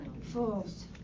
False